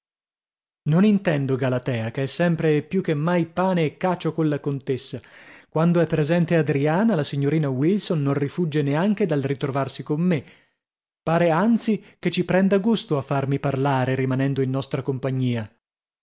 non intendo galatea che è sempre e più che mai pane e cacio colla contessa quando è presente adriana la signorina wilson non rifugge neanche dal ritrovarsi con me pare anzi che ci prenda gusto a farmi parlare rimanendo in nostra compagnia